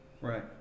Right